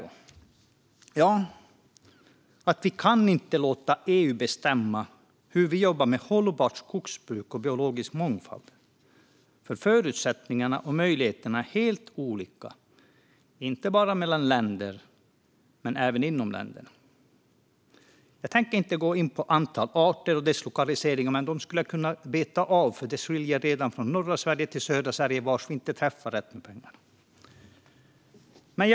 Jo, att vi inte kan låta EU bestämma hur vi jobbar med hållbart skogsbruk och biologisk mångfald, för förutsättningarna och möjligheterna är helt olika inte bara mellan men även inom länder. Jag tänker inte gå in på antalet arter och deras lokalisering, men det skulle jag kunna beta av. Det skiljer redan mellan norra och södra Sverige, där vi inte träffar rätt med pengarna.